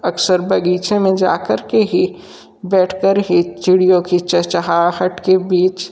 अक्सर बगीचे में जा कर के ही बैठकर के ही चिड़ियों की चर्चहाहट के बीच